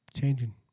Changing